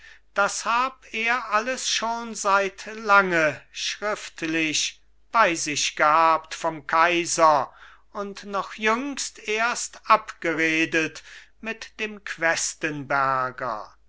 das hab er alles schon seit lange schriftlich bei sich gehabt vom kaiser und noch jüngst erst abgeredet mit dem questenberger